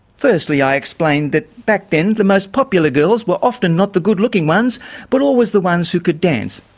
firstly i explained that back then the most popular girls were often not the good looking ones but always the ones who could dance.